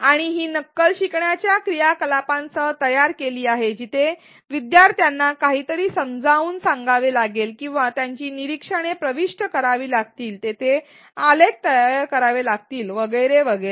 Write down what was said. आणि ही नक्कल शिकण्याच्या क्रियाकलापांसह तयार केली आहे जिथे विद्यार्थ्यांना काहीतरी समजावून सांगावे लागेल किंवा त्यांची निरीक्षणे प्रविष्ट करावी लागतील तेथे आलेख तयार करावे लागतील वगैरे वगैरे